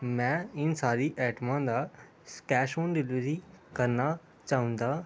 ਮੈਂ ਇਹਨਾਂ ਸਾਰੀ ਆਈਟਮਾਂ ਦਾ ਸ ਕੈਸ਼ ਔਨ ਡਿਲੀਵਰੀ ਕਰਨਾ ਚਾਹੁੰਦਾ